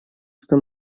что